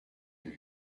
but